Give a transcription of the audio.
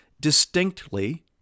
distinctly